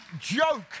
joke